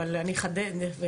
אבל אני אחד ואחזק.